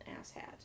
asshat